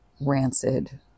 rancid